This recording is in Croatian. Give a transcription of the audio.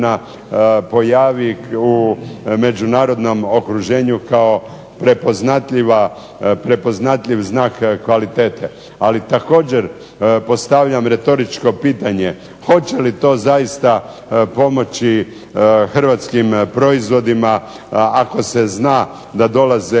pojavi u međunarodnom okruženju kao prepoznatljiv znak kvalitete. Ali također postavljam retoričko pitanje, hoće li to zaista pomoći hrvatskim proizvodima ako se zna da dolaze